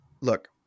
look